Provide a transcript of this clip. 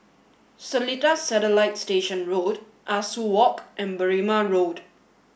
Seletar Satellite Station Road Ah Soo Walk and Berrima Road